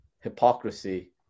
hypocrisy